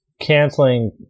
canceling